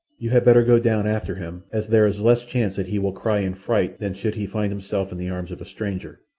you had better go down after him, as there is less chance that he will cry in fright than should he find himself in the arms of a stranger.